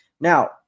Now